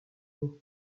noms